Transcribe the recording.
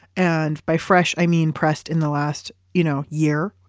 and by fresh i mean pressed in the last you know year,